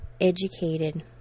educated